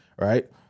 right